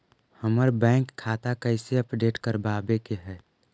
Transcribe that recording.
हमर बैंक खाता कैसे अपडेट करबाबे के है?